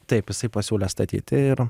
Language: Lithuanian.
taip jisai pasiūlė statyti ir